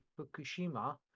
Fukushima